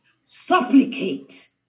supplicate